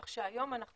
כך שהיום אנחנו